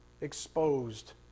exposed